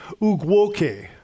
Ugwoke